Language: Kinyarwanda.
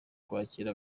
kwakira